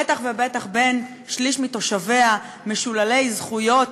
בטח ובטח בין שליש מתושביה משוללי זכויות,